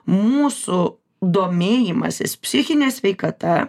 mūsų domėjimasis psichine sveikata